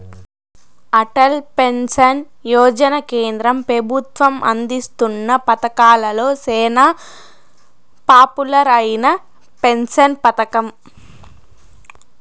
Atal pension Yojana కేంద్ర పెబుత్వం అందిస్తున్న పతకాలలో సేనా పాపులర్ అయిన పెన్సన్ పతకం